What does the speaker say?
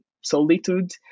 solitude